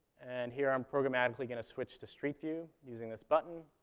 and here i'm programmatically going to switch to street view using this button.